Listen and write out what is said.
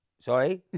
Sorry